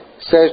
says